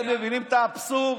אתם מבינים את האבסורד?